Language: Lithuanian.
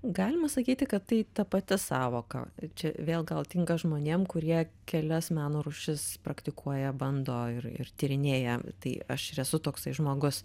galima sakyti kad tai ta pati sąvoka čia vėl gal tinka žmonėm kurie kelias meno rūšis praktikuoja bando ir ir tyrinėja tai aš ir esu toksai žmogus